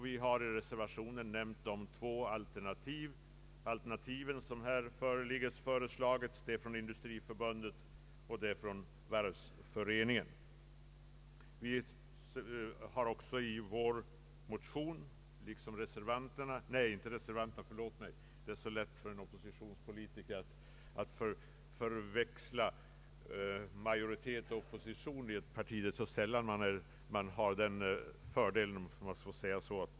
Vi har nämnt de två alternativ som här föreslagits, dels från Industriförbundet, dels från Varvsföreningen.